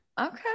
Okay